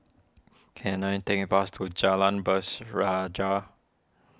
can I take a bus to Jalan